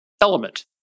element